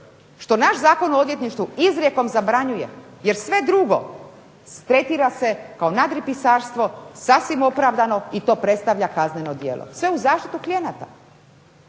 što naš Zakon o odvjetništvu izrijekom zabranjuje jer sve drugo tretira se kao nadripisarstvo, sasvim opravdano i to predstavlja kazneno djelo. Sve u zaštitu klijenata.